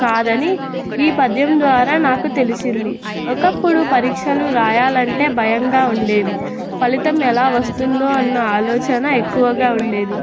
కాదని ఈ పద్యం ద్వారా నాకు తెలిసింది ఒకప్పుడు పరీక్షలు రాయాలి అంటే భయంగా ఉండేది ఫలితం ఎలా వస్తుందో అన్న ఆలోచన ఎక్కువగా ఉండేది